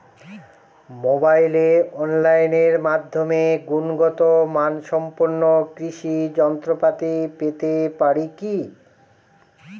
মোবাইলে অনলাইনের মাধ্যমে গুণগত মানসম্পন্ন কৃষি যন্ত্রপাতি পেতে পারি কি?